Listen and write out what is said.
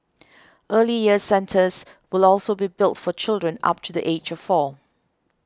Early Years Centres will also be built for children up to the age of four